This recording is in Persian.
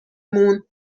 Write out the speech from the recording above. مون